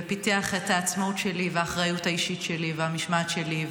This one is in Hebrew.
ופיתח את העצמאות שלי והאחריות האישית שלי והמשמעת שלי,